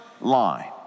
line